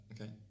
Okay